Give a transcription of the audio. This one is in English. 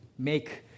Make